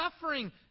suffering